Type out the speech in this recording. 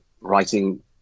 writing